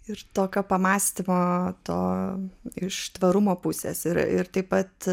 ir tokio pamąstymo amato iš tvarumo pusės ir ir taip pat